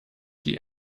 die